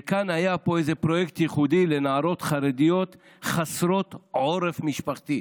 וכאן היה איזה פרויקט ייחודי לנערות חרדיות חסרת עורף משפחתי.